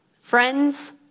friends